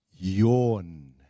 yawn